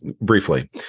briefly